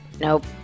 Nope